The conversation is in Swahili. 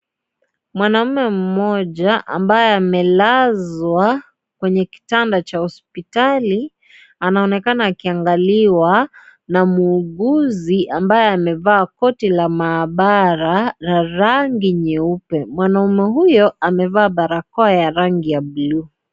Mwanaume mmoja ambaye amelazwa kwenye kitanda cha hospitali anaonekana akiangaliwa na muuguzi ambaye amevaa koti la maabara la rangi nyeupe. Mwanaume huyu amevaa barakoa ya rangi ya bluu.